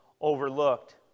overlooked